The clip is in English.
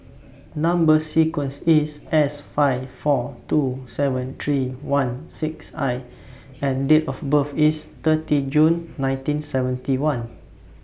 Number sequence IS S five four two seven three one six I and Date of birth IS thirty June nineteen seventy one